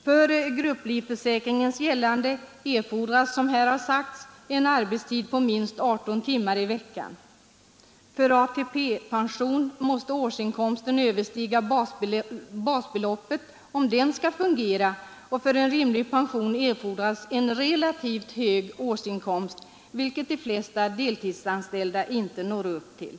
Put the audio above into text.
För att grupplivförsäkringen skall gälla erfordras, som här har sagts, en arbetstid på minst 18 timmar i veckan. För ATP-pension måste årsinkomten överstiga basbeloppet, om den skall fungera, och för en rimlig pension erfordras en relativt hög årsinkomst, vilket de flesta deltidsanställda inte når upp till.